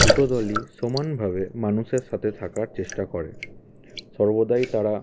দুটো দলই সমানভাবে মানুষের সাথে থাকার চেষ্টা করে সর্বদাই তারা